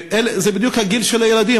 זה בדיוק הגיל של הילדים,